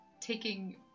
taking